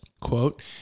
quote